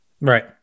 Right